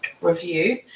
Review